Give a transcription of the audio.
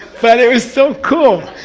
but it was so cool,